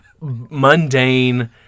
mundane